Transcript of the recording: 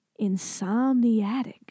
insomniatic